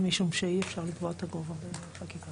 משום שאי אפשר לקבוע גובה בחקיקה.